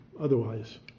otherwise